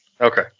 Okay